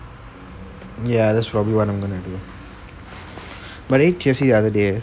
ya that's probably what I'm gonna do but I ate K_F_C the other day eh